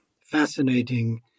fascinating